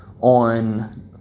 On